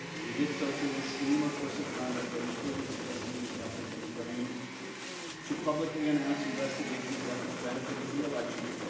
he did so through a scheme or course of conduct that and included soliciting the government of ukraine to publicly announce investigations that would benefit his reelection,